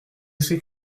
sais